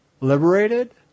liberated